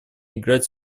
играть